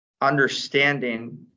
Understanding